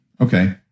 okay